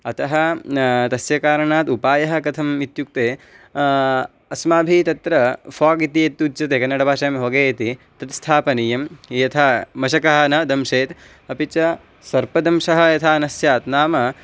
अतः तस्य कारणात् उपायः कथम् इत्युक्ते अस्माभिः तत्र फ़ाग् इति यत् उच्यते कन्नडभाषायां होगे इति तत् स्थापनीयं यथा मशकः न दंशेत् अपि च सर्पदंशः यथा न स्यात् नाम